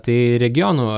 tai regionų